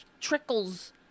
trickles